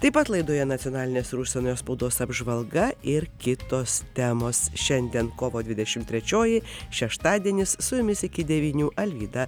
taip pat laidoje nacionalinės ir užsienio spaudos apžvalga ir kitos temos šiandien kovo dvidešimt trečioji šeštadienis su jumis iki devynių alvyda